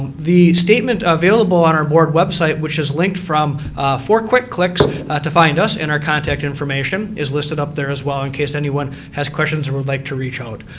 the statement available on our board website, which is linked from four quick clicks to find us and our contact information is listed up there as well in case anyone has asked questions or would like to reach out.